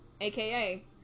AKA